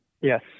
Yes